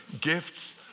gifts